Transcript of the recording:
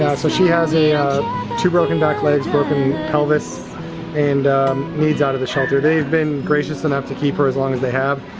she has two broken back legs, broken pelvis and needs out of the shelter. they've been gracious enough to keep her as long as they have.